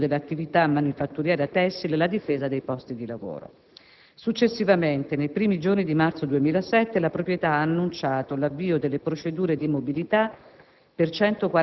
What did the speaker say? per il mantenimento dell'attività manifatturiera tessile e la difesa dei posti di lavoro. Successivamente, nei primi giorni di marzo 2007, la proprietà ha annunciato l'avvio delle procedure di mobilità